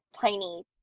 tiny